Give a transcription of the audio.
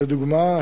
לדוגמה,